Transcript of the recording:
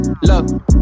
Look